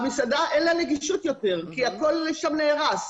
למסעדה אין יותר נגישות כי הכול שם נהרס.